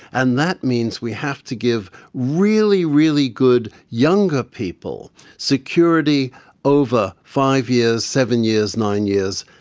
and that means we have to give really, really good younger people security over five years, seven years, nine years,